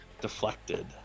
deflected